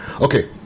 Okay